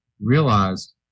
realized